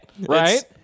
Right